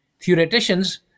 theoreticians